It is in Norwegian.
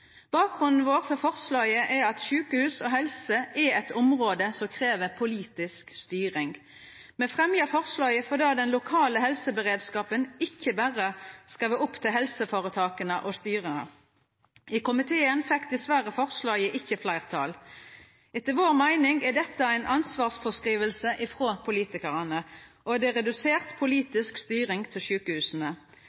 Bakgrunnen vår for forslaget er at sjukehus og helse er eit område som krev politisk styring. Me fremja forslaget fordi den lokale helseberedskapen ikkje berre skal vera opp til helseføretaka og styra. I komiteen fekk forslaget dessverre ikkje fleirtall. Etter vår meining er dette ei ansvarsfråskriving frå politikarane, og det er redusert